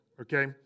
okay